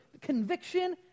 conviction